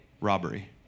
robbery